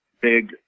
big